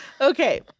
Okay